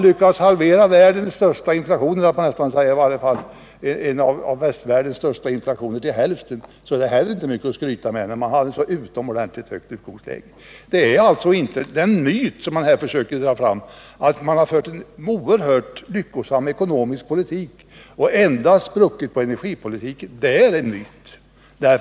Lyckas man halvera en inflation som hör till västvärldens största, är det inte heller mycket att skryta med. Utgångsläget var ju utomordentligt högt. Man försöker här alltså att skapa en myt om att man för en oerhört lyckosam ekonomisk politik och att man endast spruckit i fråga om energipolitiken.